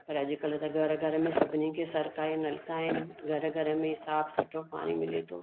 पर अॼुकल्ह त घर घर में सभिनी खे सरकारी नल्का आहिनि घर घर में साफ़ सुठो पाणी मिले थो